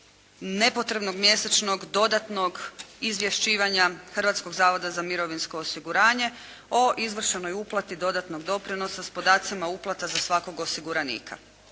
nepotrebnog mjesečnog dodatnog izvješćivanja Hrvatskog zavoda za mirovinsko osiguranje o izvršnoj uplati dodatnog doprinosa s podacima uplata za svakog osiguranika.